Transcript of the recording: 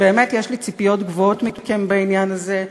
באמת יש לי ציפיות גבוהות מכם בעניין הזה,